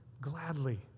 gladly